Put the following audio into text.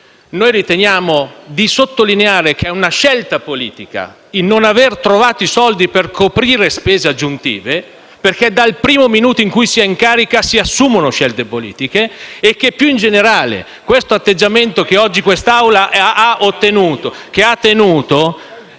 riteniamo di sottolineare che è una scelta politica il non aver trovato i soldi per coprire spese aggiuntive, perché dal primo minuto in cui si è in carica si assumono scelte politiche e che, più in generale, l'atteggiamento tenuto oggi dall'Assemblea *(Commenti del senatore